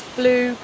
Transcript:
blue